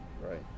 right